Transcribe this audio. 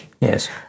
yes